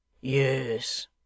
Yes